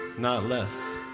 not less.